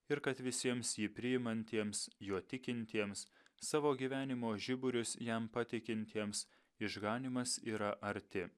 ir kad visiems jį priimantiems juo tikintiems savo gyvenimo žiburius jam pateikiantiems išganymas yra arti